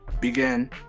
begin